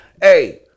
Hey